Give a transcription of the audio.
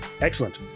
excellent